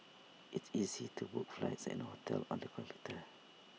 IT easy to book flights and hotels on the computer